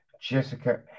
Jessica